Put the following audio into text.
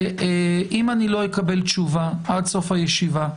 אם אני לא אקבל תשובה עד סוף הישיבה,